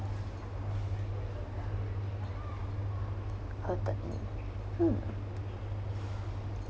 hurt ed me hmm